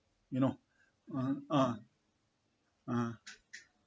you know uh uh uh